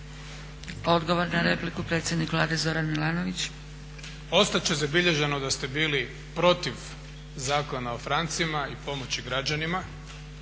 Odgovor na repliku predsjednik Vlade Zoran Milanović. **Milanović, Zoran (SDP)** Ostat će zabilježeno da ste bili protiv Zakona o francima i pomoći građanima,